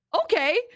Okay